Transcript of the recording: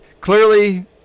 clearly